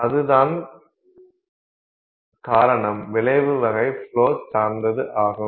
அதுதான் காரணம் விளைவு வகை ஃப்லோ சார்ந்தது ஆகும்